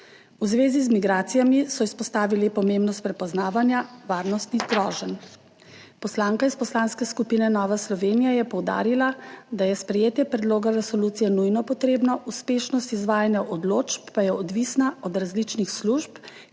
V zvezi z migracijami so izpostavili pomembnost prepoznavanja varnostnih groženj. Poslanka iz Poslanske skupine Nova Slovenija je poudarila, da je sprejetje predloga resolucije nujno potrebno, uspešnost izvajanja odločb pa je odvisna od različnih služb,